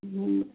હમ્મ